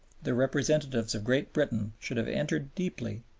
the representatives of great britain should have entered deeply,